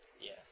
Yes